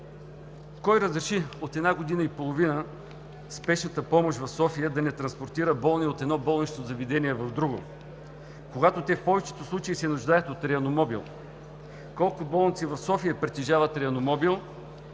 Кой разреши от една година и половина спешната помощ в София да не транспортира болни от едно болнично заведение в друго, когато те в повечето случаи се нуждаят от реанимобил? Колко болници в София притежават реанимобил